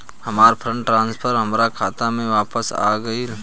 हमार fund transfer हमार खाता में वापस आ गइल